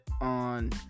on